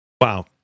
Wow